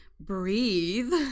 breathe